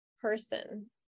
person